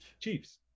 Chiefs